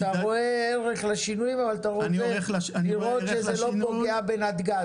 רואה ערך לשינויים אבל אתה רוצה לראות שזה לא פוגע בנתג"ז,